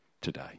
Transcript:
today